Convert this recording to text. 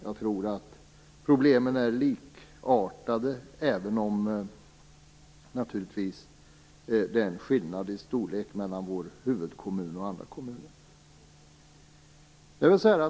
Jag tror att problemen är likartade, även om det naturligtvis är en skillnad i storlek mellan vår huvudkommun och andra kommuner.